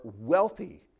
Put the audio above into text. wealthy